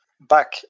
back